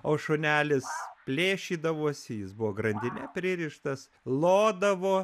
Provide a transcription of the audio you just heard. o šunelis plėšydavosi jis buvo grandine pririštas lodavo